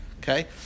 Okay